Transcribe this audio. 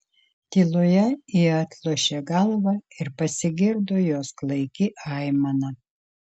tyloje ji atlošė galvą ir pasigirdo jos klaiki aimana